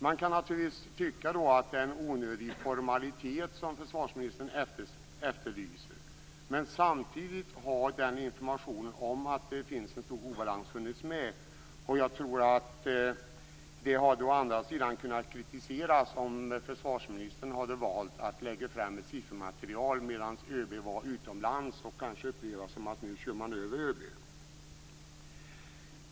Man kan naturligtvis tycka att det är en onödig formalitet som försvarsministern efterlyser, men samtidigt har informationen om att det finns en stor obalans funnits med. Å andra sidan hade det kunnat kritiseras om försvarsministern hade valt att lägga fram ett siffermaterial medan ÖB var utomlands. Det kanske skulle upplevas som att han körde över ÖB.